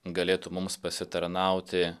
galėtų mums pasitarnauti